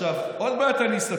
עוד מעט אני אספר.